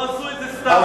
לא עשו את זה סתם.